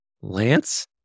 Lance